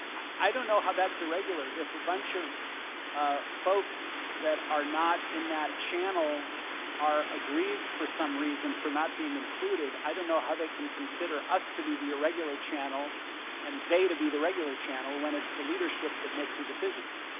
i don't know how that is irregular if a bunch of ah folks that are not in that channel are aggrieved for some reason for not being included, i don't know how they can consider us to be the irregular channel and they to be the regular channel when it's the leadership that makes the decisions.